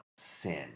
sin